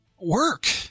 Work